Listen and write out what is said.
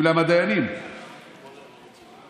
מטעם שעושים רצון הריבון התחתון,